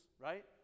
right